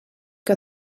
que